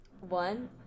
one